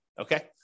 Okay